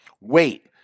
Wait